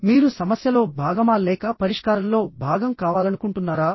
మీరు సమస్యలో భాగమా లేక పరిష్కారంలో భాగం కావాలనుకుంటున్నారా